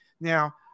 Now